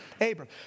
Abram